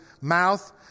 mouth